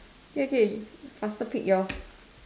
K okay faster pick yours